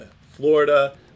Florida